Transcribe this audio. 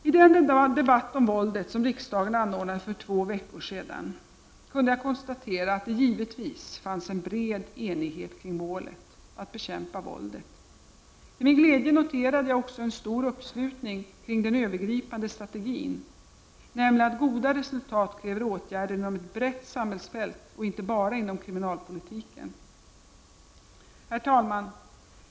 I den debatt om våldet som riksdagen anordnade för två veckor sedan kunde jag konstatera att det, givetvis, fanns en bred enighet kring målet — att bekämpa våldet. Till min glädje noterade jag också en stor uppslutning kring den övergripande strategin, nämligen att goda resultat kräver åtgärder inom ett brett samhällsfält och inte bara inom kriminalpolitiken. Herr talman!